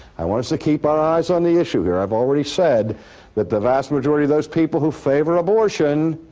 i want us to keep our eyes on the issue here. i've already said that the vast majority of those people who favor abortion